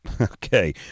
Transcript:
Okay